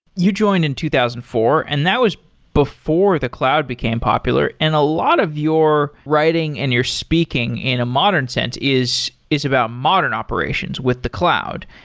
you joined in two thousand and four. and that was before the cloud became popular. and a lot of your writing and your speaking in a modern sense is is about modern operations with the cloud.